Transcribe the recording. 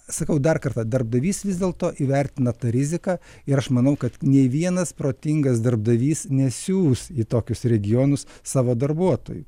sakau dar kartą darbdavys vis dėlto įvertina tą riziką ir aš manau kad nei vienas protingas darbdavys nesiųs į tokius regionus savo darbuotojų